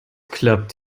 klappt